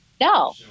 No